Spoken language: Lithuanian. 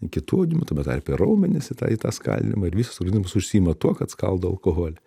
kitų audinių tame tarpe ir raumenys į tą į tą skaidymą ir visas organizmas užsiima tuo kad skaldo alkoholį